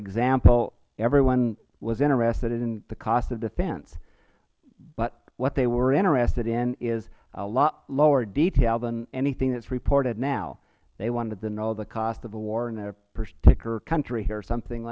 example everyone was interested in the cost of defense but what they were interested in is a lot lower detail than anything that is reported now they wanted to know the cost of a war in a particular country or something